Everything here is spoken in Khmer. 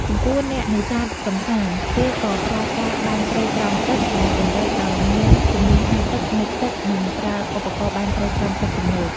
ចំពោះអ្នកនេសាទកម្សាន្ត គេក៏ប្រើ ការបាញ់ត្រីក្រោមទឹក ដែលតម្រូវឲ្យមានជំនាញហែលទឹក មុជទឹក និងប្រើឧបករណ៍បាញ់ត្រីក្រោមទឹកទំនើប។